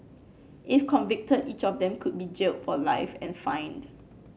if convicted each of them could be jailed for life and fined